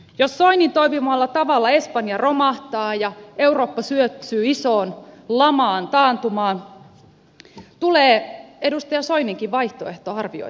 jos soinin toivomalla tavalla espanja romahtaa ja eurooppa syöksyy isoon lamaan taantumaan tulee edustaja soininkin vaihtoehto arvioitavaksi